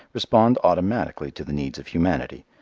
respond automatically to the needs of humanity,